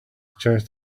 chest